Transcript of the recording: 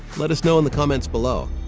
let us know in the comments below.